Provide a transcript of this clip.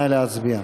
נא להצביע.